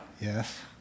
Yes